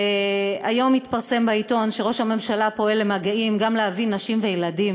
היום התפרסם בעיתון שראש הממשלה פועל במגעים להביא גם נשים וילדים.